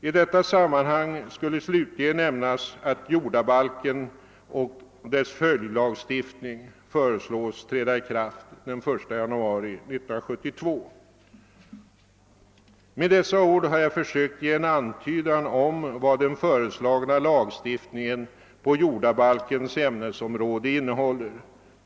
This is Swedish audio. I detta sammanhang skall slutligen nämnas att jordabalken och dess följdlagstiftning föreslås träda i kraft den 1 januari 1972. Med dessa ord har jag försökt ge en antydan om vad den föreslagna lagstiftningen på jordabalkens ämnesområde innehåller.